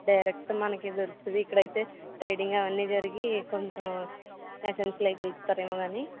direct మనకే దొరుకుతుంది ఇక్కడైతే ట్రేడింగ్ అవన్నీ జరిగీ కొంచెం ఎస్సెన్సులు అవీ కలుపుతారేమో అని